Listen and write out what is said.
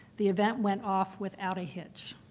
the event went off without a hitch.